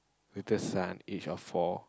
little son age of four